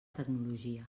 tecnologia